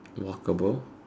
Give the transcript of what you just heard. walkable